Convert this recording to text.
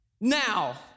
now